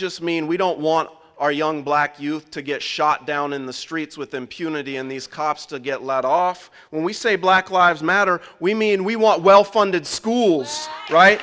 just mean we don't want our young black youth to get shot down in the streets with impunity and these cops to get laid off when we say black lives matter we mean we want well funded schools right